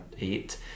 eight